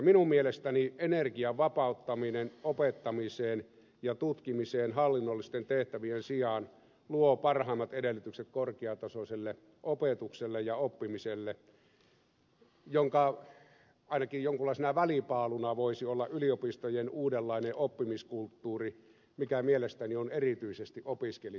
minun mielestäni energian vapauttaminen opettamiseen ja tutkimiseen hallinnollisten tehtävien sijaan luo parhaimmat edellytykset korkeatasoiselle opetukselle ja oppimiselle jonka ainakin jonkinlaisena välipaaluna voisi olla yliopistojen uudenlainen oppimiskulttuuri mikä mielestäni on erityisesti opiskelijoitten etu